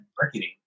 marketing